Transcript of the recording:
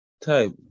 Type